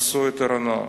נשאו את ארונו.